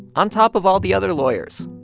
on top of all the other lawyers.